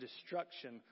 destruction